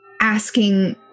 asking